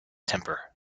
temper